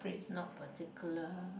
not particular